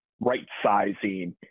right-sizing